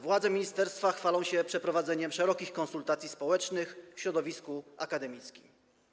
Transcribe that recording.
Władze ministerstwa chwalą się przeprowadzeniem szerokich konsultacji społecznych w środowisku akademickim.